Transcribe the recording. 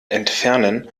entfernen